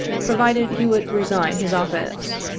provided he would resign his office.